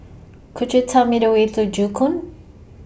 Could YOU Tell Me The Way to Joo Koon